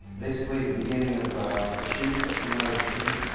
basically the beginning of the shoots that come out of the pea.